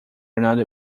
another